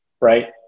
Right